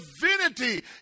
divinity